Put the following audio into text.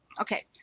Okay